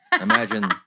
Imagine